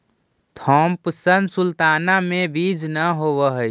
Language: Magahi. थॉम्पसन सुल्ताना में बीज न होवऽ हई